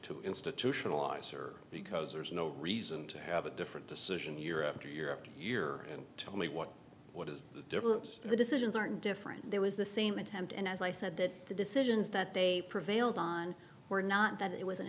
to institutionalize or because there's no reason to have a different decision year after year after year and tell me what what is the difference in the decisions aren't different there was the same attempt and as i said that the decisions that they prevailed on were not that it was